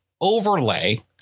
overlay